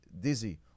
dizzy